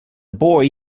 boy